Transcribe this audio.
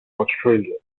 australia